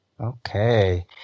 Okay